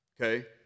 Okay